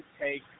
take